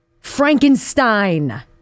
Frankenstein